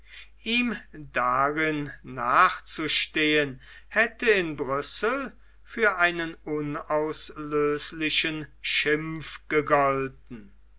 ihm darin nachzustehen hätte in brüssel für einen unauslöschlichen schimpf gegolten